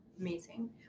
amazing